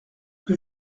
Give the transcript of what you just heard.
que